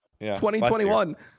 2021